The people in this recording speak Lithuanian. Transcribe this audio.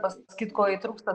pasakyt ko jai trūksta